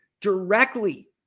directly